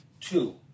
two